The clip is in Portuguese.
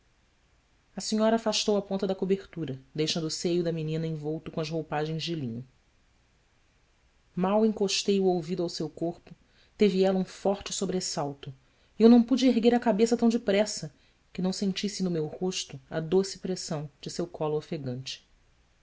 a senhora afastou a ponta da cobertura deixando o seio da menina envolto com as roupagens de linho mal encostei o ouvido ao seu corpo teve ela um forte sobressalto e eu não pude erguer a cabeça tão depressa que não sentisse no meu rosto a doce pressão de seu colo ofegante